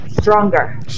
stronger